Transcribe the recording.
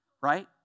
Right